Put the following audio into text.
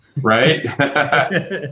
right